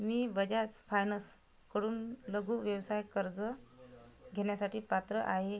मी बजाज फायनासकडून लघु व्यवसाय कर्ज घेण्यासाठी पात्र आहे